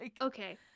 Okay